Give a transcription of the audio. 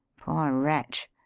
poor wretch!